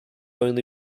only